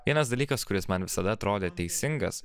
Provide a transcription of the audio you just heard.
vienas dalykas kuris man visada atrodė teisingas